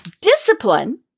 Discipline